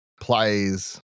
plays